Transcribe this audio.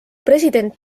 president